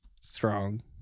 Strong